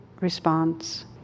response